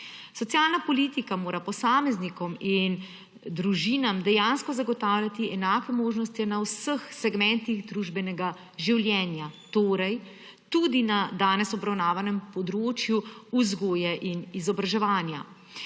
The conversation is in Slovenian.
Socialna politika mora posameznikom in družinam dejansko zagotavljati enake možnosti na vseh segmentih družbenega življenja, torej tudi na danes obravnavanem področju vzgoje in izobraževanja.